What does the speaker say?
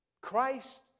Christ